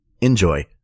enjoy